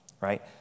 right